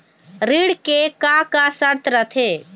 ऋण के का का शर्त रथे?